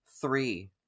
three